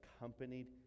accompanied